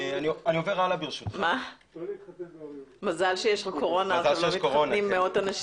80% מהמבנים אינם